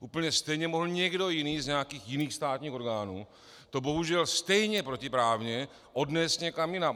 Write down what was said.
Úplně stejně mohl někdo jiný z nějakých státních orgánů, to bohužel stejně protiprávně, odnést někam jinam.